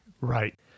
Right